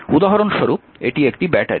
উদাহরণস্বরূপ এটি একটি ব্যাটারি